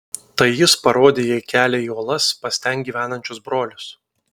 tai jis parodė jai kelią į uolas pas ten gyvenančius brolius